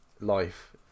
Life